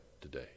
today